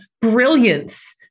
brilliance